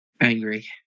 angry